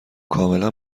کاملا